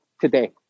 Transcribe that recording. today